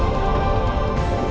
oh